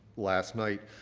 last night,